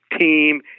team